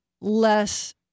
less